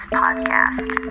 podcast